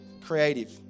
creative